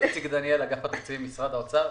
איציק דניאל, אגף התקציבים, משרד האוצר.